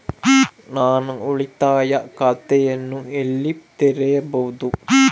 ನಾನು ಉಳಿತಾಯ ಖಾತೆಯನ್ನು ಎಲ್ಲಿ ತೆರೆಯಬಹುದು?